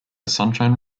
sunshine